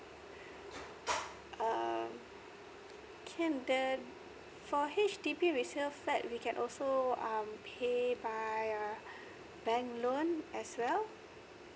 um can the for H_D_B resale flat we can also pay by err bank loan as well